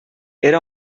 era